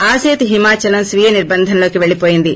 ఆసేతు హిమాచలం స్వీయ నిర్బంధం లోకి పెళ్ళిపోయింది